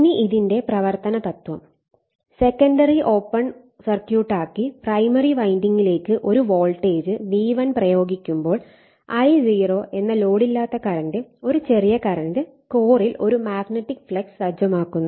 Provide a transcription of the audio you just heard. ഇനി ഇതിന്റെ പ്രവർത്തന തത്വം സെക്കന്ററി ഓപ്പൺ സർക്യൂട്ടാക്കി പ്രൈമറി വൈൻഡിംഗിലേക്ക് ഒരു വോൾട്ടേജ് V1 പ്രയോഗിക്കുമ്പോൾ I0 എന്ന ലോഡില്ലാത്ത കറന്റ് ഒരു ചെറിയ കറന്റ് കോറിൽ ഒരു മാഗ്നെറ്റിക് ഫ്ലക്സ് സജ്ജമാക്കുന്നു